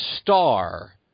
star